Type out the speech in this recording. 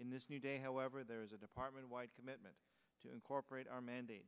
in this new day however there is a department wide commitment to incorporate our mandate